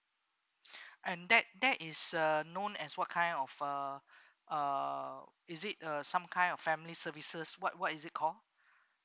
and that that is uh known as what kind of uh uh is it a some kind of family services what what is it call